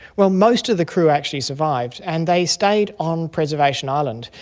well, most of the crew actually survived, and they stayed on preservation island.